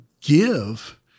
give